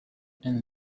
and